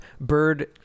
bird